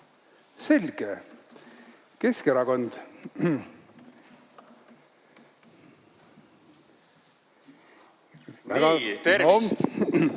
Selge, Keskerakond. Nii, tervist!